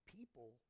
People